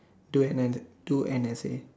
to an an to an essay